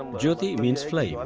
jyoti means flame.